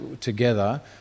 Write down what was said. together